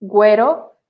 Guero